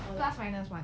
plus minus one